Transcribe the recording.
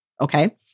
okay